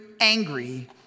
angry